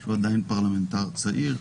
שהוא עדיין פרלמנטר צעיר,